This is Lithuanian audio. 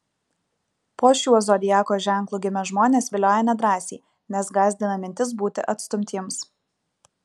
po šiuo zodiako ženklu gimę žmonės vilioja nedrąsiai nes gąsdina mintis būti atstumtiems